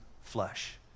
flesh